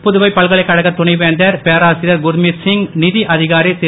புதுவை பல்கலைக்கழக துணை வேந்தர் பேராசிரியர் குர்மித் சிங் நிதி அதிகாரி திரு